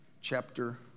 chapter